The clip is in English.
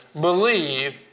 Believe